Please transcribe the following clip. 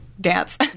dance